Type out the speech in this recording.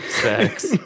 sex